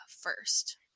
first